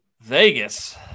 Vegas